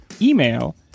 Email